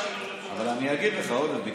אז אני אגיד לך, עודד.